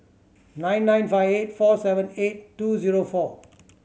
nine nine five eight four seven eight two zero four